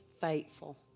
faithful